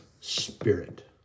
Spirit